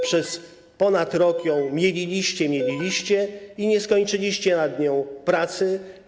Przez ponad rok ją mieliliście, mieliliście i nie skończyliście nad nią pracy.